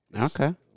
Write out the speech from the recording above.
Okay